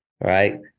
right